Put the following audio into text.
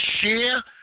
share